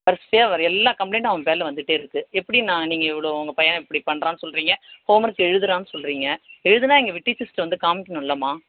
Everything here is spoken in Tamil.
வரிசையாக வர்ற எல்லா கம்ப்ளைண்ட்டும் அவன் பேரில் வந்துட்டே இருக்குது எப்படி நான் நீங்கள் இவ்வளோ உங்கள் பையன் இப்படி பண்ணுறான்னு சொல்கிறீங்க ஹோம் ஒர்க் எழுதுகிறான்னு சொல்கிறீங்க எழுதினா இங்கே டீச்சர்ஸ்ட்ட வந்து காமிக்கணும் இல்லைம்மா